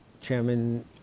chairman